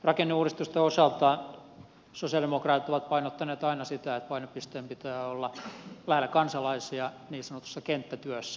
rakenneuudistusten osalta sosialidemokraatit ovat painottaneet aina sitä että painopisteen pitää olla lähellä kansalaisia niin sanotussa kenttätyössä